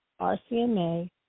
RCMA